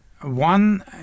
one